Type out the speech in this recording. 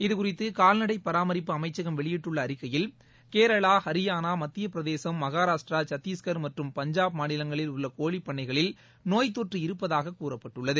இதுகுறித்து கால்நடை பராமரிப்பு அமைச்சகம் வெளியிட்டுள்ள அறிக்கையில் கேரளா ஹரியானா மத்தியப் பிரதேசம் மகாராஷ்ட்ரா சத்திஷ்கர் மற்றும் பஞ்சாப் மாநிலங்களில் உள்ள கோழிப்பண்ணைகளில் நோய்த் தொற்று இருப்பதாக கூறப்பட்டுள்ளது